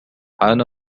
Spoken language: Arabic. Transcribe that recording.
حان